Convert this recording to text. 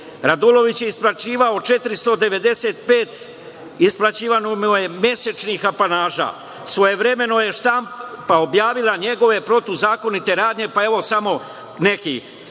Raduloviću je isplaćivano 495 mesečnih apanaža. Svojevremeno je štampa objavila njegove protivzakonite radnje, pa evo samo nekih: